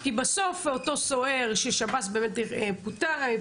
כי בסוף אותו סוהר ששב"ס פיטר,